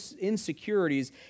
insecurities